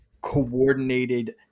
coordinated